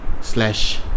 Slash